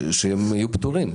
יהיו פטורים.